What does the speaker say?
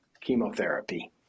chemotherapy